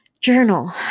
journal